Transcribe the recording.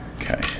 okay